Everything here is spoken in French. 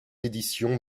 editions